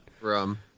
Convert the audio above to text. Rum